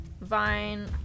vine